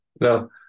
No